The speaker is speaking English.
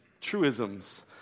truisms